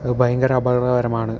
അത് ഭയങ്കര അപകടകരമാണ്